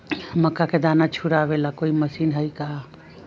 मक्का के दाना छुराबे ला कोई मशीन हई का?